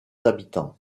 habitants